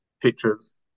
pictures